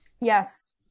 Yes